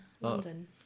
London